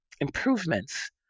improvements